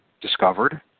discovered